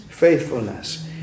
faithfulness